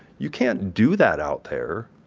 you can't do that out there.